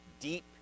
deep